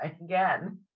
again